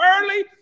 early